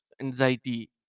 anxiety